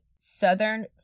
Southern